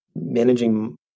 managing